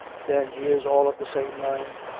then he is all of the same mind?